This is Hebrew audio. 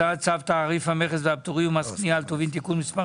הצעת צו תעריף המס והפטורים ומס קנייה על טובין (תיקון מס'